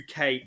UK